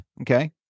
okay